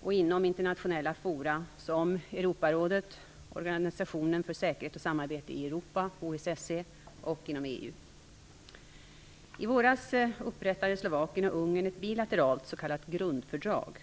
och inom internationella forum som Europarådet, Organisationen för säkerhet och samarbete i I våras upprättade Slovakien och Ungern ett bilateralt s.k. grundfördrag.